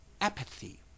apathy